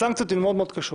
הסנקציות הן מאוד מאוד קשות,